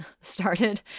started